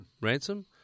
ransom